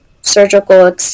surgical